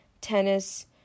tennis